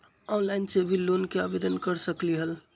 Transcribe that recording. Online से भी loan के आवेदन कर सकलीहल?